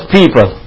people